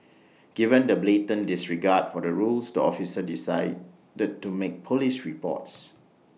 given the blatant disregard for the rules the officer decided to make Police reports